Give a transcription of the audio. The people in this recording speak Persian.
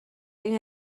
این